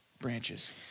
branches